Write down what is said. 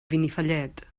benifallet